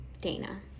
Dana